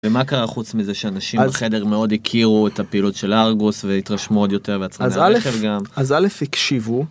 ומה קרה חוץ מזה שאנשים בחדר מאוד הכירו את הפעילות של הארגוס והתרשמו עוד יותר. אז א' הקשיבו.